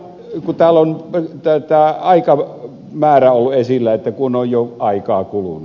nyt täällä on aikamäärä ollut esillä että on jo aikaa kulunut